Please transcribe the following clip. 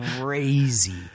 crazy